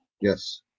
Yes